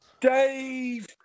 Dave